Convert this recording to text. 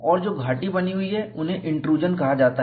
और जो घाटी बनी हुई है उन्हें इंट्रूजन कहा जाता है